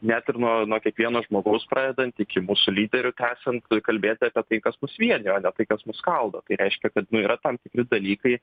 net ir nuo nuo kiekvieno žmogaus pradedant iki mūsų lyderių tęsiant kalbėti apie tai kas mus vienija o ne tai kas mus skaldo tai reiškia kad nu yra tam tikri dalykai